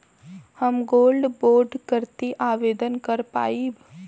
हम gold bond करती आवेदन कर पाईब?